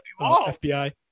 FBI